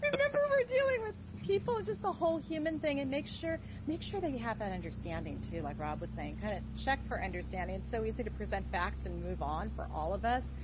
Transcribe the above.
remember we're dealing with people and just the whole human thing and make sure make sure they have that understanding too, like rob was saying kind of check for understanding. it's so easy to present facts and move on for all of us,